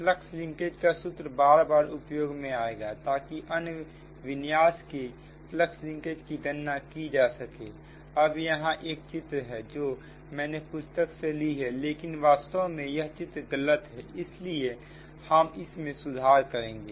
flux linkage का सूत्र बार बार उपयोग में आएगा ताकि अन्य विन्यास की फ्लक्स लिंकेज की गणना की जा सके अब यहां एक चित्र है जो मैंने एक पुस्तक से ली है लेकिन वास्तव में यह चित्र गलत है इसलिए हम इसमें सुधार करेंगे